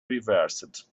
reversed